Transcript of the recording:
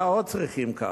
מה עוד צריכים כאן?